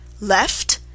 Left